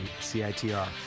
CITR